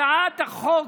הצעת החוק,